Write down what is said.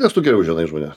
nes tu geriau žinai už mane